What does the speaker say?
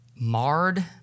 Marred